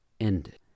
ended